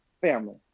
Family